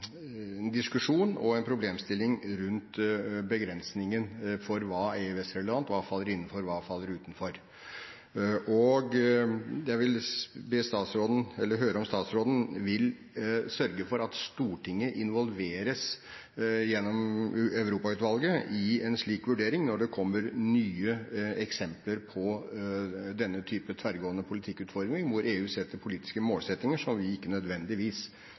en diskusjon og en problemstilling rundt begrensningen for hva som er EØS-relevant – hva som faller innenfor, og hva som faller utenfor. Jeg vil høre om statsråden vil sørge for at Stortinget gjennom Europautvalget involveres i en slik vurdering når det kommer nye eksempler på denne type tverrgående politikkutforming, hvor EU setter politiske målsettinger som vi ikke nødvendigvis